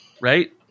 Right